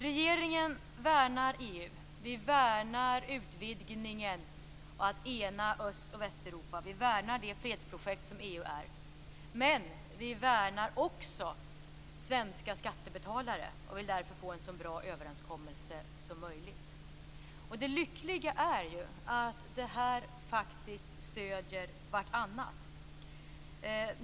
Regeringen värnar EU. Vi värnar utvidgningen och att ena Öst och Västeuropa. Vi värnar det fredsprojekt som EU är. Men vi värnar också svenska skattebetalare och vill därför få en så bra överenskommelse som möjligt. Och det lyckliga är att det här faktiskt stöder vartannat.